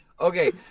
Okay